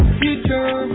future